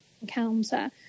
encounter